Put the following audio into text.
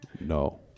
No